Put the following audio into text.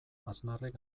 aznarrek